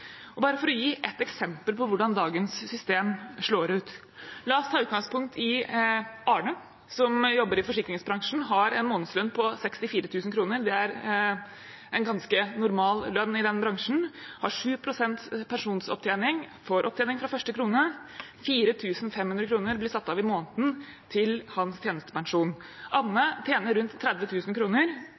her. Bare for å gi ett eksempel på hvordan dagens system slår ut: La oss ta utgangspunkt i Arne, som jobber i forsikringsbransjen og har en månedslønn på 64 000 kr – det er en ganske normal lønn i den bransjen. Han har 7 pst. pensjonsopptjening, får opptjening fra første krone. 4 500 kr blir satt av i måneden til hans tjenestepensjon. Anne tjener rundt